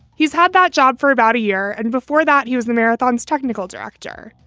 he's had that job for about a year. and before that, he was the marathon's technical director.